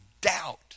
doubt